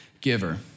giver